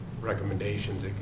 recommendations